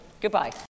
Goodbye